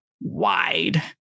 wide